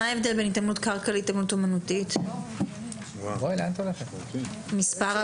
טיפוס ספורטיבי + יור >> היו"ר שרן מרים השכל: